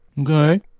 Okay